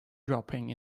dropping